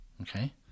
Okay